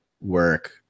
work